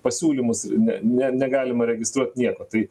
pasiūlymus ne ne negalima registruot nieko tai